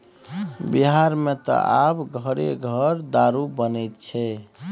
बिहारमे त आब घरे घर दारू बनैत छै